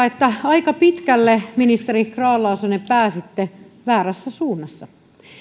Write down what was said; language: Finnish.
että aika pitkälle ministeri grahn laasonen pääsitte väärässä suunnassa